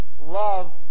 love